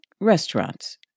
restaurants